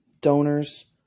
donors